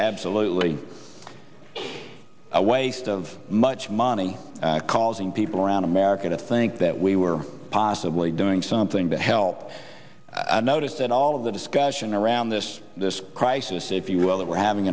absolutely a waste of much money causing people around america to think that we were possibly doing something to help i noticed that all of the discussion around this crisis if you will that we're having